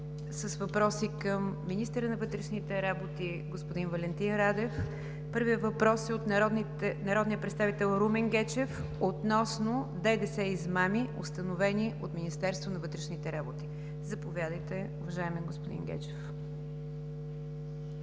с въпроси към министъра на вътрешните работи – господин Валентин Радев. Първият въпрос е от народния представител Румен Гечев относно ДДС измами, установени от Министерството на вътрешните работи. Заповядайте, уважаеми господин Гечев.